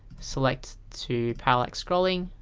select to parallax scrolling,